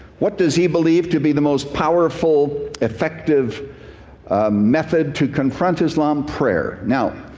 what does he believe to be the most powerful, effective method to confront islam prayer? now,